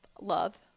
love